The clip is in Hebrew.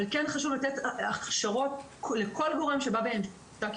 אבל כן חשוב לתת הכשרות לכל גורם שבסביבת הילדים,